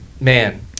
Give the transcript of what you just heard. man